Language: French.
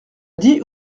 dit